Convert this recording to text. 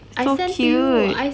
so cute